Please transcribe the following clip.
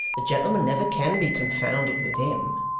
the gentleman never can be confounded with him,